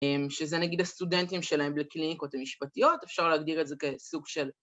שזה נגיד הסטודנטים שלהם בקליניקות המשפטיות אפשר להגדיר את זה כסוג של